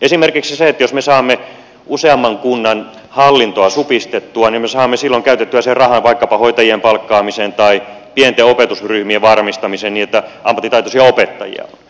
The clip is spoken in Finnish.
esimerkiksi jos me saamme useamman kunnan hallintoa supistettua me saamme silloin käytettyä sen rahan vaikkapa hoitajien palkkaamiseen tai pienten opetusryhmien varmistamiseen niin että on ammattitaitoisia opettajia